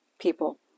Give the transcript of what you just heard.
people